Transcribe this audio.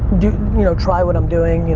you know try what i'm doing,